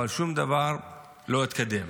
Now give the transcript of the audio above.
אבל שום דבר לא התקדם.